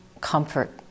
comfort